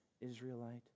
Israelite